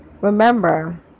Remember